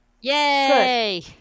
yay